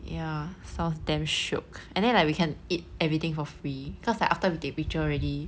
ya sounds damn shiok and then like we can eat everything for free cause like after we take picture already